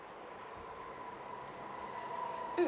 mm